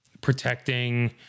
protecting